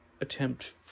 attempt